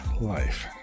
life